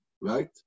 Right